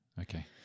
okay